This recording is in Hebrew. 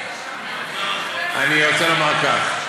אני רוצה לומר כך.